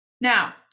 Now